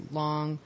long